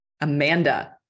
Amanda